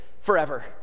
forever